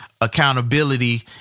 accountability